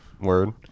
Word